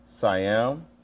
Siam